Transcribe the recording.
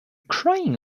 crying